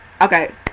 okay